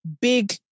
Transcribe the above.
Big